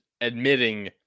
admitting